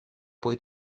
puoi